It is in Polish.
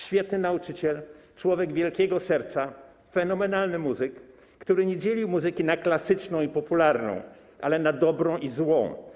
Świetny nauczyciel, człowiek wielkiego serca, fenomenalny muzyk, który nie dzielił muzyki na klasyczną i popularną, ale na dobrą i złą.